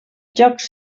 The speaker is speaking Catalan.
jocs